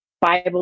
Bible